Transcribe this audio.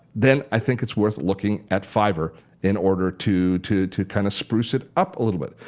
then i think it's worth looking at fiverr in order to to to kind of spruce it up a little bit.